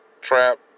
trap